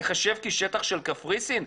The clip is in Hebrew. ייחשב כשטח של קפריסין?